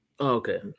okay